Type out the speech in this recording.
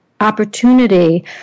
opportunity